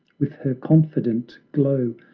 with her confident glow,